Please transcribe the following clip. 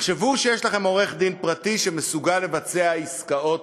תחשבו שיש לכם עורך-דין פרטי שמסוגל לבצע עסקאות